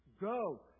go